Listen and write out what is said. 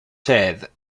shed